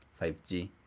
5G